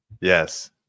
yes